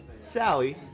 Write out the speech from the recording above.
Sally